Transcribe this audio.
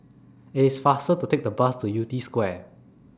IT IS faster to Take The Bus to Yew Tee Square